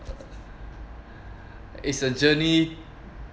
is a journey